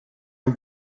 ein